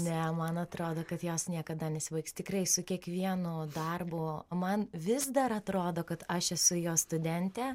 ne man atrodo kad jos niekada nesibaigs tikrai su kiekvienu darbu o man vis dar atrodo kad aš esu jos studentė